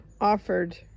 offered